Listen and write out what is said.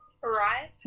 right